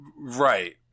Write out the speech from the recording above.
Right